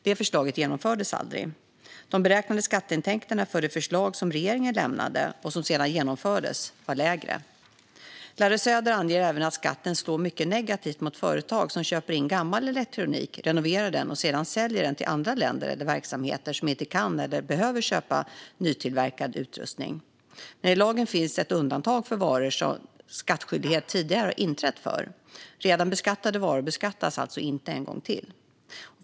Det förslaget genomfördes aldrig. De beräknade skatteintäkterna för det förslag som regeringen lämnade, och som sedan genomfördes, var lägre. Larry Söder anger även att skatten slår mycket negativt mot företag som köper in gammal elektronik, renoverar den och sedan säljer den till andra länder eller verksamheter som inte kan eller behöver köpa nytillverkad utrustning. Men i lagen finns ett undantag för varor som skattskyldighet tidigare har inträtt för. Redan beskattade varor beskattas alltså inte en gång till.